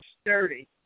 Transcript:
sturdy